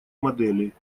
моделей